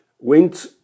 went